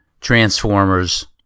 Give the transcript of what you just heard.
transformers